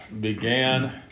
began